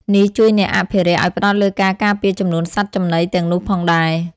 នេះជួយអ្នកអភិរក្សឲ្យផ្តោតលើការការពារចំនួនសត្វចំណីទាំងនោះផងដែរ។